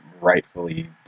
rightfully